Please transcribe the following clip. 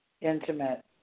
intimate